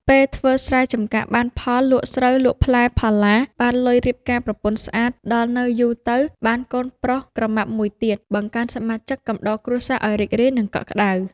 ពេលធ្វើស្រែចំការបានផល លក់ស្រូវ លក់ផ្លែផល្លា បានលុយរៀបការប្រពន្ធស្អាត ដល់នៅយូរទៅ បានកូនប្រុសក្រមាប់មួយទៀត បង្កើនសមាជិកកំដរគ្រួសារឱ្យរីករាយ និងកក់ក្តៅ។